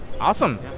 Awesome